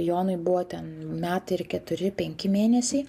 jonui buvo ten metai ir keturi penki mėnesiai